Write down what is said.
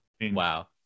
Wow